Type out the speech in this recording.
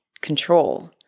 control